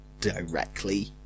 directly